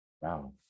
wow